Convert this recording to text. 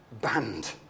banned